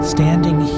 Standing